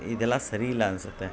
ಇದೆಲ್ಲ ಸರಿ ಇಲ್ಲ ಅನಿಸುತ್ತೆ